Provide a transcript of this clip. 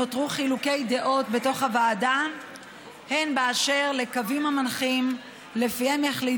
נותרו חילוקי דעות בתוך הוועדה הן באשר לקווים המנחים שלפיהם יחליט